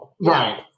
Right